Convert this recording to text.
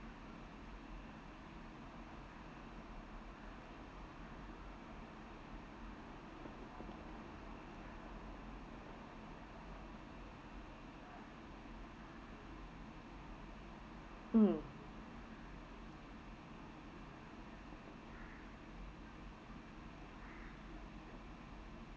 mm